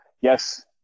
yes